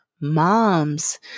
moms